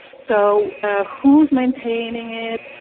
so who's maintaining it?